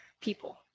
people